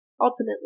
ultimately